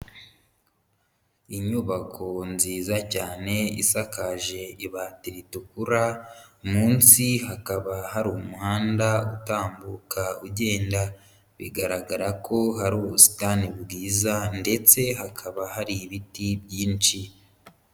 Inyubako nziza cyane isakaje ibati ritukura, munsi hakaba hari umuhanda utambuka ugenda, bigaragara ko hari ubusitani bwiza ndetse hakaba hari ibiti byinshi.